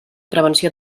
prevenció